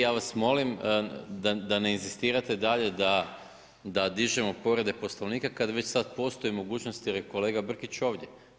Ja vas molim da ne inzistirate dalje da dižemo povrede Poslovnika kada već sada postoji mogućnost jer je kolega Brkić ovdje.